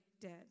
dead